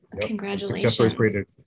Congratulations